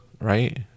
right